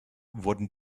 wurden